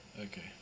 Okay